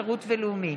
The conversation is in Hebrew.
שירות ולאומיים,